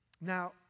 Now